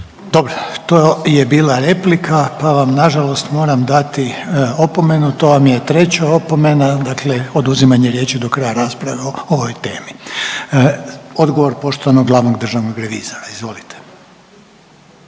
Dobro, to je bila replika, pa vam na žalost moram dati opomenu. To vam je treća opomena, dakle oduzimanje riječi do kraja rasprave o ovoj temi. Odgovor poštovanog glavnog državnog revizora, izvolite.